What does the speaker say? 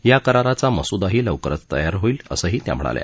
ह्या कराराचा मसूदाही लवकरच तयार होईल असंही त्या म्हणाल्या